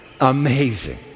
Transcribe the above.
Amazing